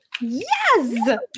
Yes